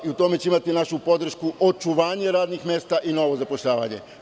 U tome će imati našu podršku, u očuvanju radnih mesta i novo zapošljavanje.